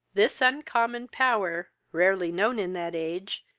this uncommon power, rarely known in that age,